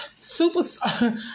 super